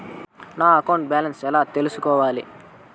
నా account balance ఎలా తెల్సుకోవాలి